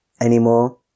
anymore